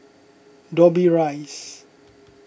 Dobbie Rise